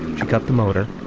she got the motor